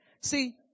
See